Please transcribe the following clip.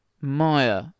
Maya